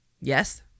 yes